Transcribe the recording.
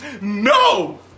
No